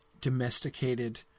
domesticated